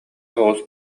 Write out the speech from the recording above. соҕус